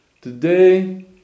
Today